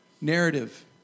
narrative